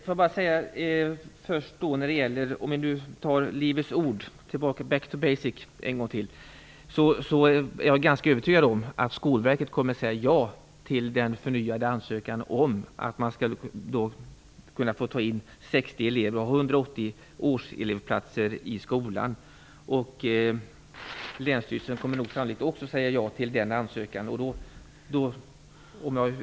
Fru talman! Först vill jag back to basics och säga att när det gäller Livets Ord är jag ganska övertygad om att Skolverket kommer att säga ja till den förnyade ansökan om att få ta in 60 elever och ha 180 årselevplatser i skolan. Länsstyrelsen kommer sannolikt också att säga ja till den ansökan.